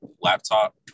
laptop